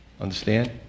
Understand